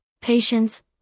patience